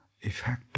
effect